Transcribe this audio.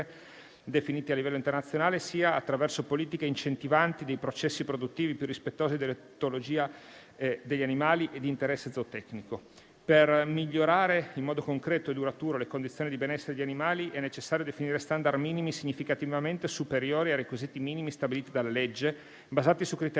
definiti a livello internazionale - sia attraverso politiche incentivanti dei processi produttivi più rispettosi dell'etologia degli animali e di interesse zootecnico. Per migliorare in modo concreto e duraturo le condizioni di benessere degli animali è necessario definire *standard* minimi significativamente superiori ai requisiti minimi stabiliti dalla legge, basati su criteri